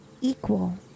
equal